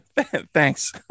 Thanks